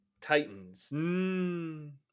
Titans